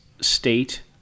State